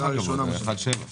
זה 1.750 מיליון.